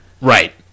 Right